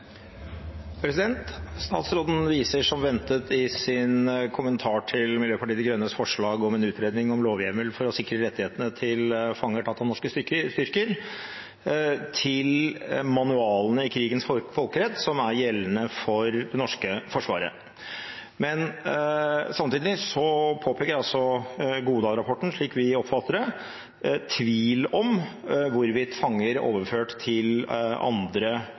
Statsråden viser som ventet i sin kommentar til Miljøpartiet De Grønnes forslag om utredning av en lovhjemmel for å sikre rettighetene til fanger tatt av norske styrker til manualene i krigens folkerett som er gjeldende for det norske Forsvaret. Samtidig påpeker Godal-rapporten, slik vi oppfatter det, tvil om hvorvidt fanger overført til andre